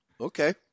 Okay